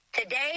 Today